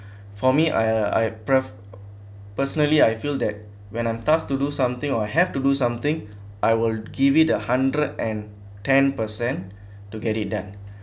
for me I I per~ personally I feel that when I'm tasked to do something or have to do something I will give it a hundred and ten percent to get it done